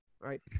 Right